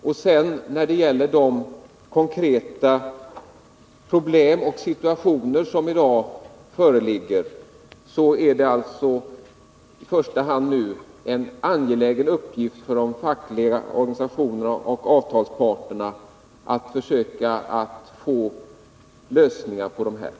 Vad sedan gäller de konkreta problem som i dag föreligger, är det alltså i första hand en angelägen uppgift för de fackliga organisationerna och avtalsparterna att försöka få lösningar till stånd.